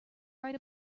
write